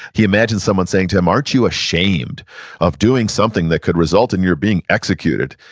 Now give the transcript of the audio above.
he imagines someone saying to him aren't you ashamed of doing something that could result in your being executed?